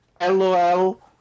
LOL